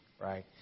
right